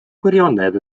gwirionedd